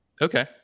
Okay